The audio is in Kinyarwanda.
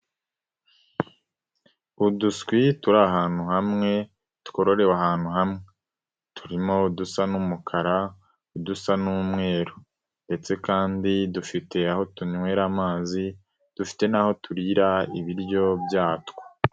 Uduswi turi ahantu hamwe, twororewe ahantu hamwe. Turimo udusa n'umukara, udusa n'umweru ndetse kandi dufite aho tunywera amazi, dufite n'aho turira ibiryo byatwo.